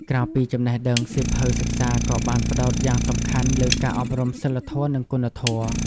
ក្រៅពីចំណេះដឹង សៀវភៅសិក្សាក៏បានផ្ដោតយ៉ាងសំខាន់លើការអប់រំសីលធម៌ និងគុណធម៌។